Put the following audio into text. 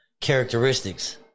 characteristics